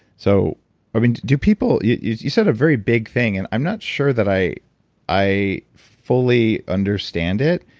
so i mean do people, you you said a very big thing, and i'm not sure that i i fully understand it